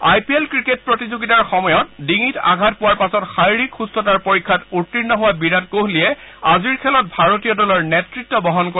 আই P L cricket প্ৰতিযোগিতাৰ সময়ত ডিঙিত আঘাত পোৱাৰ পাছত শাৰিৰীক সুস্থতাৰ পৰীক্ষাত উত্তীৰ্ণ হোৱা বিৰাট কোহলীয়ে আজিৰ খেলত ভাৰতীয় দলৰ নেতৃত্ব বহন কৰিব